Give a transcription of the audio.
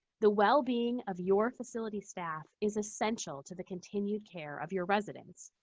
the well-being of your facility staff is essential to the continued care of your residents.